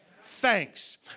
thanks